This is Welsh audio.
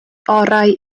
orau